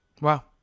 Wow